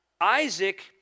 Isaac